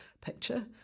picture